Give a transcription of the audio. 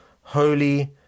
holy